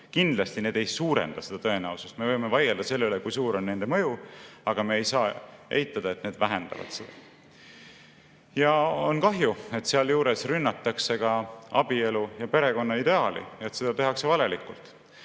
Kindlasti need ei suurenda seda tõenäosust. Me võime vaielda selle üle, kui suur on nende mõju, aga me ei saa eitada, et need vähendavad seda. Ja on kahju, et sealjuures rünnatakse ka abielu ja perekonna ideaali ja seda tehakse valelikult.